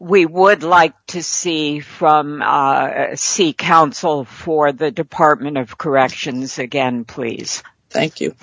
we would like to see from seek counsel for the department of corrections again please thank you